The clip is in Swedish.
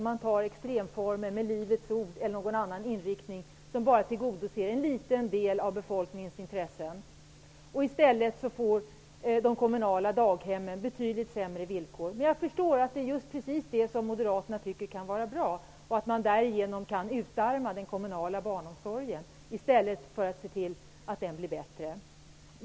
Det kan vara extremformer som Livets ord eller någon annan inriktning, som bara tillgodoser en liten del av folks intressen. De kommunala daghemmen får då betydligt sämre villkor. Men jag förstår att det är just det som Moderaterna tycker är bra, att man därigenom kan utarma den kommunala barnomsorgen, i stället för att se till att den blir bra.